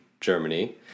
Germany